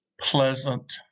pleasant